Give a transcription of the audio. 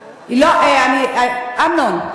אמנון,